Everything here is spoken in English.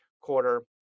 quarter